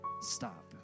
Stop